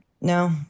no